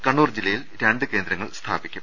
കണ്ണൂർ ജില്ലയിൽ രണ്ട് കേന്ദ്രങ്ങൾ സ്ഥാപിക്കും